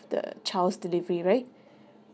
the child's delivery right